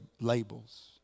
labels